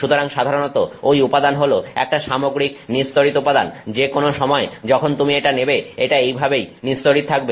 সুতরাং সাধারণত ঐ উপাদান হল একটা সামগ্রিক নিস্তড়িত উপাদান যেকোনো সময় যখন তুমি এটা নেবে এটা এই ভাবেই নিস্তড়িত থাকবে